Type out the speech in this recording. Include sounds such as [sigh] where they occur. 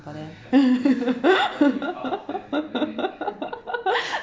but then [laughs]